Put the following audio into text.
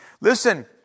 Listen